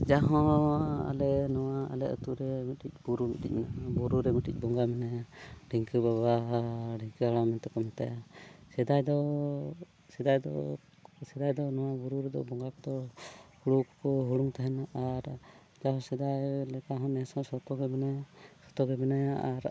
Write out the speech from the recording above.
ᱡᱟᱦᱟᱸᱻ ᱟᱞᱮ ᱱᱚᱣᱟ ᱟᱞᱮ ᱟᱛᱳᱨᱮ ᱢᱤᱫᱴᱤᱡ ᱵᱩᱨᱩ ᱢᱤᱫᱴᱤᱡ ᱢᱮᱱᱟᱜᱼᱟ ᱵᱩᱨᱩ ᱨᱮ ᱢᱤᱫᱴᱤᱡ ᱵᱚᱸᱜᱟ ᱢᱮᱱᱟᱭᱟ ᱰᱷᱮᱝᱠᱤ ᱵᱟᱵᱟ ᱰᱷᱮᱝᱠᱤ ᱦᱟᱲᱟᱢ ᱢᱮᱱᱛᱮᱫ ᱠᱚ ᱢᱮᱛᱟᱭᱟ ᱥᱮᱫᱟᱭ ᱫᱚ ᱥᱮᱫᱟᱭ ᱫᱚ ᱥᱮᱫᱟᱭ ᱫᱚ ᱱᱚᱣᱟ ᱵᱩᱨᱩ ᱨᱮᱫᱚ ᱵᱚᱸᱜᱟ ᱠᱚᱫᱚ ᱦᱩᱲᱩ ᱠᱚᱠᱚ ᱦᱩᱲᱩᱝ ᱛᱟᱦᱮᱱᱟ ᱟᱨ ᱛᱟᱭᱚᱢ ᱥᱮᱫᱟᱭ ᱞᱮᱠᱟ ᱦᱚᱸ ᱱᱮᱥ ᱦᱚᱸ ᱥᱚᱛᱚ ᱜᱮ ᱢᱮᱱᱟᱭᱟ ᱥᱚᱛᱚ ᱜᱮ ᱢᱮᱱᱟᱭᱟ ᱟᱨ